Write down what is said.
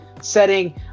setting